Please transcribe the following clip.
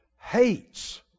hates